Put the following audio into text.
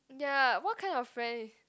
ya what kind of friend is